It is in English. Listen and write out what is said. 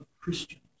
Christians